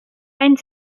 and